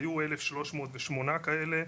היו כ-1,308 אנשים כאלו,